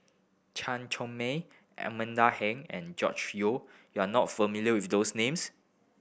Chan Chong Mei Amanda Heng and George Yong you are not familiar with those names